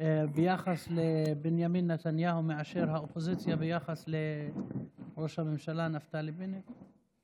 ביחס לבנימין נתניהו מאשר האופוזיציה ביחס לראש הממשלה נפתלי בנט?